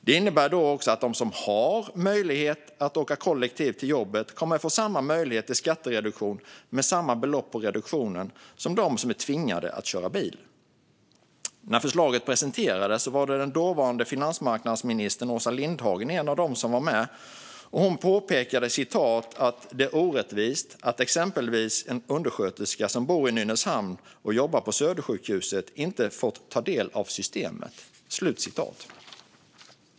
Det innebär att de som har möjlighet att åka kollektivt till jobbet kommer att få samma möjlighet till skattereduktion med samma belopp och reduktioner som dem som är tvingade att köra bil. När förslaget presenterades var den dåvarande finansmarknadsministern Åsa Lindhagen med. Hon påpekade apropå systemet att "det är orättvist att exempelvis en undersköterska som bor i Nynäshamn och jobbar på Södersjukhuset inte fått del av det". Fru talman!